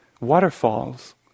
waterfalls